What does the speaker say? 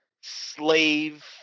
slave